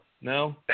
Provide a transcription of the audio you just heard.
No